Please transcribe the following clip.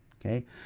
Okay